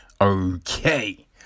Okay